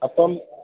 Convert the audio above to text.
അപ്പം